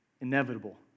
inevitable